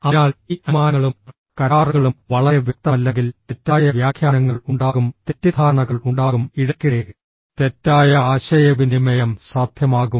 അതിനാൽ ഈ അനുമാനങ്ങളും കരാറുകളും വളരെ വ്യക്തമല്ലെങ്കിൽ തെറ്റായ വ്യാഖ്യാനങ്ങൾ ഉണ്ടാകും തെറ്റിദ്ധാരണകൾ ഉണ്ടാകും ഇടയ്ക്കിടെ തെറ്റായ ആശയവിനിമയം സാധ്യമാകും